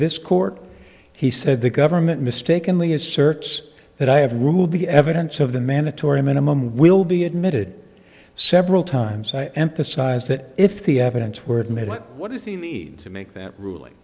this court he said the government mistakenly asserts that i have ruled the evidence of the mandatory minimum will be admitted several times i emphasize that if the evidence were made what is the need to make that ruling